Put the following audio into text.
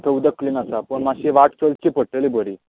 थंय उदक क्लिन आसा पूण मात्शी वाट चलची पडटली बरी